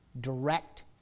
direct